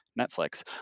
netflix